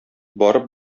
барып